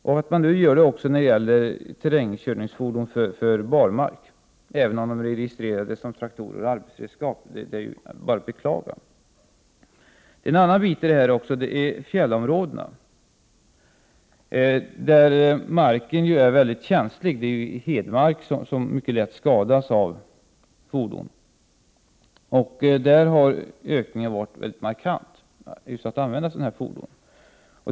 Nu gör man det också beträffande terrängkörningsfordon för barmark, även om fordonen är registrerade som traktorer eller arbetsredskap. Detta är att beklaga. En annan aspekt handlar om fjällområdena. Där är marken mycket känslig. Det är hedmark, som mycket lätt skadas av de här fordonen. I de områdena har användningen av dessa fordon ökat markant.